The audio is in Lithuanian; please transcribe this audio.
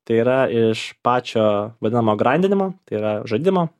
tai yra iš pačio vadinamo grandinimo tai yra žaidimo